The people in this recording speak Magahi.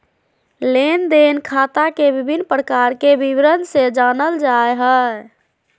लेन देन खाता के विभिन्न प्रकार के विवरण से जानल जाय हइ